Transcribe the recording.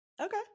Okay